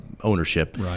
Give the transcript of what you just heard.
ownership